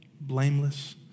blameless